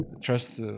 trust